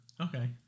okay